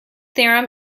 theorem